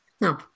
No